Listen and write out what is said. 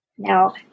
Now